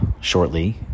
shortly